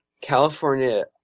California